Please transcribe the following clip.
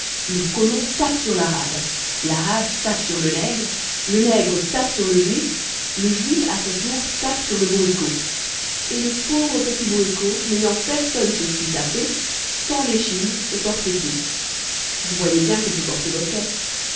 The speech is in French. le colon tape sur l'arabe l'arabe tape sur le nègre le nègre tape sur le juif le juif à son tour tape sur le bourriquot et le pauvre petit bourriquot n'ayant personne sur qui taper tend l'échine et porte tout vous voyez bien qu'il peut porter vos caisses